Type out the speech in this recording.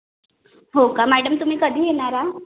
हो का मॅडम तुम्ही कधी येणार आहे